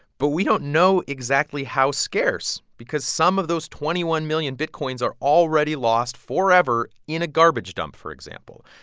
but we don't know exactly how scarce because some of those twenty one million bitcoins are already lost forever in a garbage dump, for example.